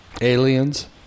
Aliens